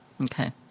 Okay